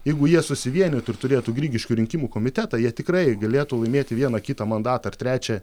jeigu jie susivienytų ir turėtų grigiškių rinkimų komitetą jie tikrai galėtų laimėti vieną kitą mandatą ar trečią